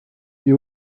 you